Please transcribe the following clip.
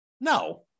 No